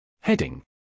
Heading